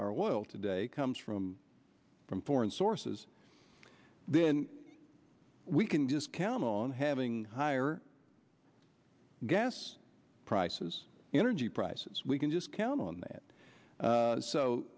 our oil today comes from from foreign sources then we can discount on having higher gas prices energy prices we can just count on that